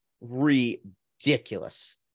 ridiculous